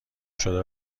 شده